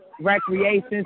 Recreation